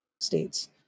states